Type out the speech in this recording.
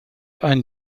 einen